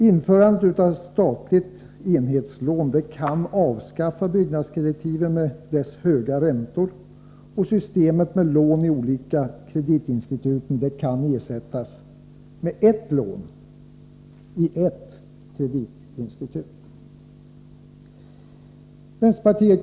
Införandet av statligt enhetslån kan göra att man kan avskaffa byggnadskreditiven med dess höga räntor, och systemet med lån i olika kreditinstitut kan ersättas med ett lån i ett kreditinstitut.